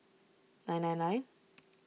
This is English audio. nine nine nine